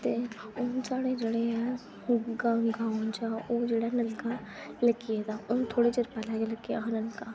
ते हून साढ़े जेह्ड़ा ऐ ग्रांऽ ग्रांऽ चां ओह् जेह्ड़ा नलका लगी दा हून थोह्ड़े चिर पैह्ले गै लगेआ हा नलका